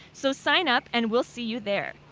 so sign up and we'll see you there.